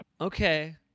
Okay